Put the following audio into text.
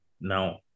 Now